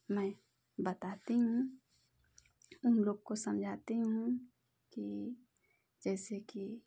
मैं बताती हूँ उन लोग को समझाती हूँ कि जैसे कि